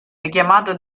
richiamato